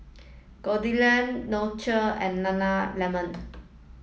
Goldlion Nutrisoy and Nana lemon